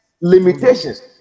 limitations